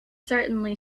certainly